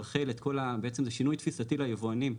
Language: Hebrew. בעצם זה שינוי תפיסתי ליבואנים,